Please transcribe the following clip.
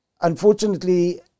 unfortunately